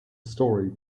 story